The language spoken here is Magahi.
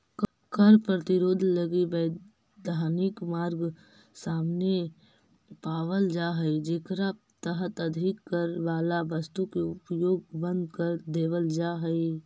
कर प्रतिरोध लगी वैधानिक मार्ग सामने पावल जा हई जेकरा तहत अधिक कर वाला वस्तु के उपयोग बंद कर देवल जा हई